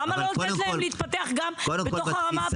למה לא לתת להם להתפתח גם בתוך הרמה הפרטית?